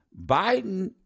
Biden